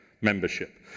membership